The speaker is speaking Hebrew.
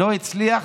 לא הצליח,